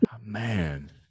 Man